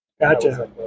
Gotcha